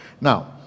Now